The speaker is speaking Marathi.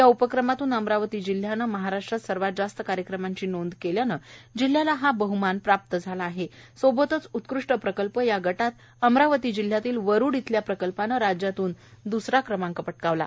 या उपक्रमातून अमरावती जिल्ह्याने महाराष्ट्रात सर्वात जास्त कार्यक्रमाची नोंद केल्याने जिल्ह्याला हा बहमान प्राप्त झालेला आहे सोबतच उत्कृष्ट प्रकल्प या गटातून अमरावती जिल्ह्यातील वरुड येथील प्रकल्पाने राज्यातून द्सरा क्रमांक पटकाविला आहे